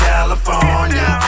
California